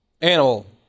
animal